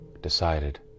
decided